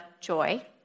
joy